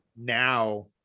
now